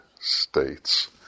states